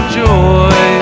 joy